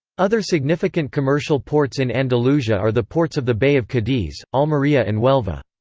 other significant commercial ports in andalusia are the ports of the bay of cadiz, almeria and huelva.